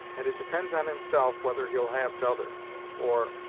and it depends on himself whether he'll have t'other or